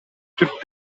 түрк